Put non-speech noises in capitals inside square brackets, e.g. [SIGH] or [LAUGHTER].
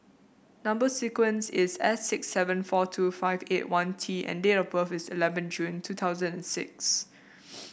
number sequence is S six seven four two five eight one T and date of birth is eleven June two thousand and six [NOISE]